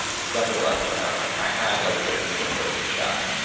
was definitely less than an hour, i had like thirteen or fourteen shots.